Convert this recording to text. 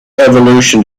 evolution